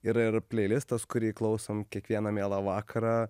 yra ir pleilistas kurį klausom kiekvieną mielą vakarą